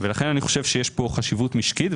לכן, אני חושב שיש פה חשיבות משקית.